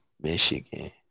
Michigan